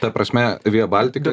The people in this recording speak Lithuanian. ta prasme via baltica